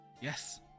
Yes